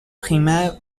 premier